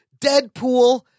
Deadpool